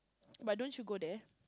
but don't she go there